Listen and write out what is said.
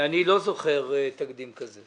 אני לא זוכר תקדים כזה.